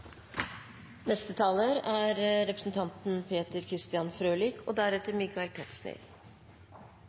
Neste taler er representanten